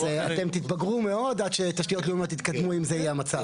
אז אתם תתבגרו מאוד עד שתשתיות לאומיות יתקדמו אם זה יהיה המצב.